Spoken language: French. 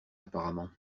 apparemment